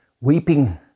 weeping